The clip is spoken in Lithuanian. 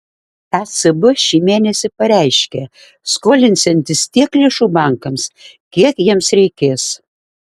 ecb šį mėnesį pareiškė skolinsiantis tiek lėšų bankams kiek jiems reikės